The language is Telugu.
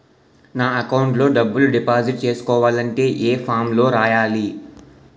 నా అకౌంట్ లో డబ్బులు డిపాజిట్ చేసుకోవాలంటే ఏ ఫామ్ లో రాయాలి?